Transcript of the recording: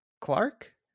Clark